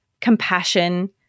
compassion